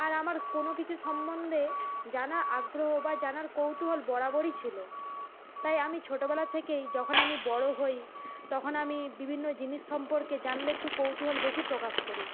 আর আমার কোনো কিছুর সম্বন্ধে জানার আগ্রহ বা জানার কৌতূহল বরাবরই ছিল তাই আমি ছোটবেলা থেকেই যখন আমি বড় হই তখন আমি বিভিন্ন জিনিস সম্পর্কে জানলে একটু কৌতূহল বেশি প্রকাশ করি